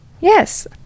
yes